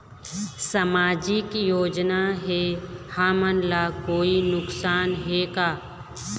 सामाजिक योजना से हमन ला कोई नुकसान हे का?